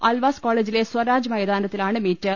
അൽവാസ് കോളജിലെ സ്വരാജ് മൈതാനത്തിലാണ് മീറ്റ്